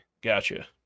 gotcha